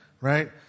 Right